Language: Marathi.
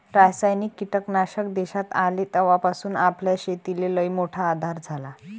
रासायनिक कीटकनाशक देशात आले तवापासून आपल्या शेतीले लईमोठा आधार झाला